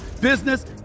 business